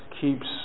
keeps